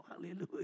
Hallelujah